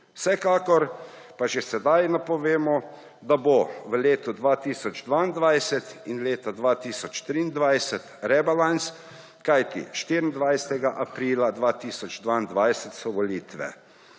Vsekakor pa že sedaj napovemo, da bo v letu 2022 in leta 2023 rebalans, kajti 24. aprila 2022 so volitve.